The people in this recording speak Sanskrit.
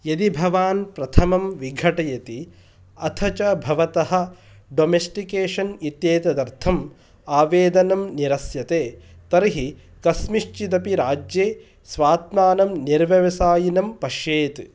यदि भवान् प्रथमं विघटयति अथ च भवतः डोमेस्टिकेशन् इत्येतदर्थम् आवेदनम् निरस्यते तर्हि कस्मिंश्चिदपि राज्ये स्वात्मानं निर्व्यवसायिनं पश्येत्